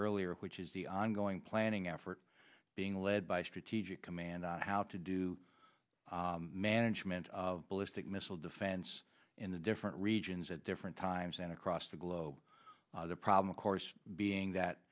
earlier which is the ongoing planning effort being led by strategic command how to do management of ballistic missile defense in the different regions at different times and across the globe the problem of course being that